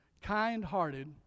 kind-hearted